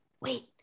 wait